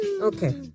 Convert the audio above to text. Okay